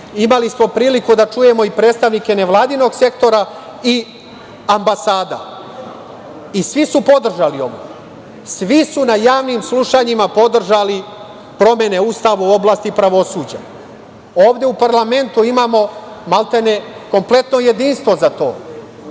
imali smo priliku da čujemo i predstavnike nevladinog sektora i ambasada, i svi su podržali ovo. Svi su na javnim slušanjima podržali promene Ustava u oblasti pravosuđa. Ovde u parlamentu imamo maltene kompletno jedinstvo za to.